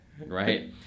right